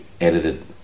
edited